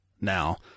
now